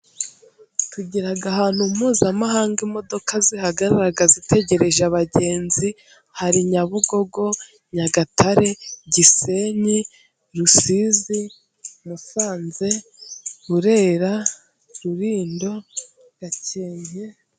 Tugira ahantu mpuzamahanga imodoka zihagarara zitegereje abagenzi. Hari Nyabugogo, Nyagatare, Gisenyi, Rusizi, Musanze, Burera, Rulindo Gakenke.